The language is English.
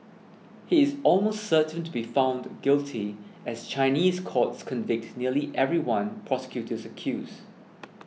he is almost certain to be found guilty as Chinese courts convict nearly everyone prosecutors accuse